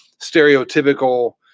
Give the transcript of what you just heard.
stereotypical